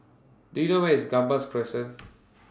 Do YOU know Where IS Gambas Crescent